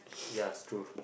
yes true